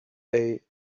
they